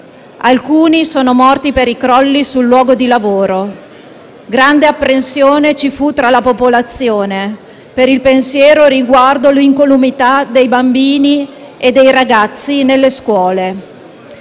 alcuni sono morti per i crolli sul luogo di lavoro. Grande apprensione ci fu tra la popolazione, per il pensiero riguardo all'incolumità dei bambini e dei ragazzi nelle scuole.